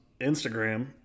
Instagram